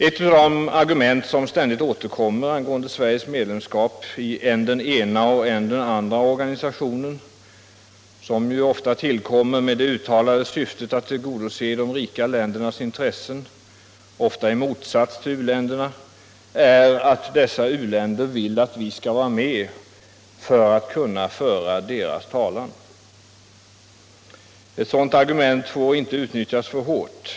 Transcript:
Ett av de argument som ständigt återkommer angående Sveriges medlemskap i än den ena, än den andra organisationen — vilka ju ofta tillkommer med det uttalade syftet att tillgodose de rika ländernas intressen, ofta i motsats till u-ländernas — är att dessa u-länder vill att vi skall vara med i organisationen för att kunna föra deras talan. Ett sådant argument får inte utnyttjas för hårt.